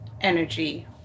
energy